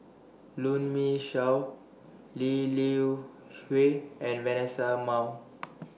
Runme Shaw Lee Liu Hui and Vanessa Mae